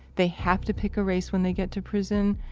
they have to pick a race when they get to prison.